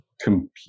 compete